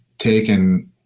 taken